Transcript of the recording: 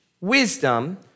wisdom